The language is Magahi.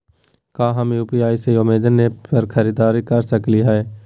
का हम यू.पी.आई से अमेजन ऐप पर खरीदारी के सकली हई?